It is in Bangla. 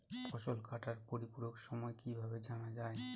ফসল কাটার পরিপূরক সময় কিভাবে জানা যায়?